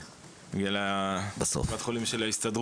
כן, בגלל קופת החולים של ההסתדרות.